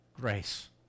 grace